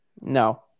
no